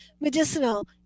medicinal